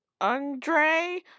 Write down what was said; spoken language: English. Andre